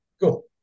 cool